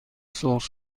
سرخ